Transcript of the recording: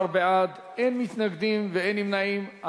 13 בעד, אין מתנגדים ואין נמנעים.